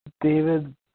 David